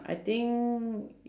I think